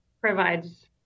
provides